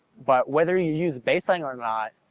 but whether you use baselang or not,